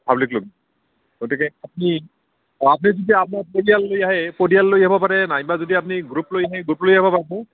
হাউলীলৈ গতিকে আপুনি আপুনি তেতিয়া আপোনাৰ পৰিয়াল লৈ আহে পৰিয়াল লৈ আহিব পাৰে নাইবা যদি আপুনি গ্ৰুপ লৈ আহে গ্ৰুপ লৈ আহিব পাৰে